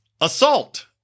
assault